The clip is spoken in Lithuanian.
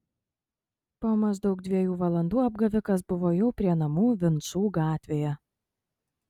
po maždaug dviejų valandų apgavikas buvo jau prie namų vinčų gatvėje